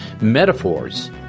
Metaphors